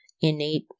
innate